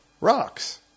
Rocks